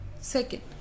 Second